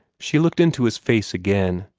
she looked into his face again,